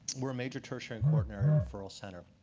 we're a major tertiary and quaternary referral center.